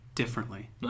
Differently